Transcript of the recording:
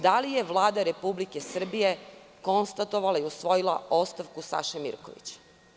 Da li je Vlada Republike Srbije konstatovala i usvojila ostavku Saše Mirkovića?